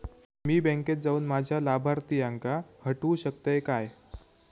मी बँकेत जाऊन माझ्या लाभारतीयांका हटवू शकतय काय?